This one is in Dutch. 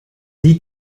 die